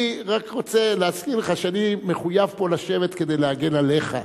אני רק רוצה להזכיר לך שאני מחויב פה לשבת כדי להגן עליך.